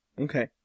okay